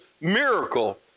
miracle